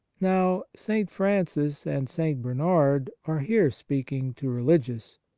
now st. francis and st. bernard are here speaking to religious.